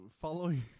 following